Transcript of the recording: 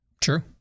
true